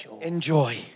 enjoy